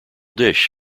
dish